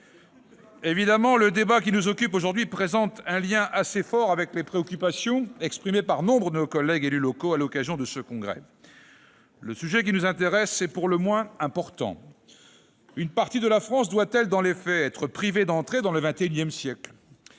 Évidemment, le débat qui nous occupe aujourd'hui présente un lien assez étroit avec les préoccupations exprimées par nombre de nos collègues élus locaux à l'occasion de ce congrès. Le sujet qui nous intéresse est pour le moins important. Une partie de la France doit-elle, dans les faits, être privée d'entrer dans le XXIsiècle ?